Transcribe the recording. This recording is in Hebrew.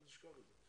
אל תשכח את זה.